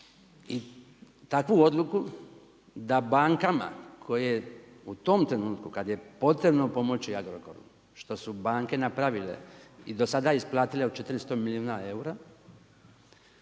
I takvu odluku da bankama koje u tom trenutku kad je potrebno pomoći Agrokoru, što su banke napravile i dosada isplatile 400 milijuna eura,